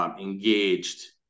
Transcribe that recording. engaged